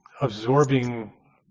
absorbing